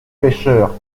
pecheurs